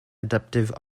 adaptive